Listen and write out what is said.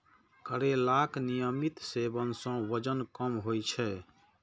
करैलाक नियमित सेवन सं वजन कम होइ छै